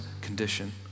condition